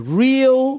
real